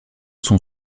sont